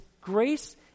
grace